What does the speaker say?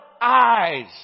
eyes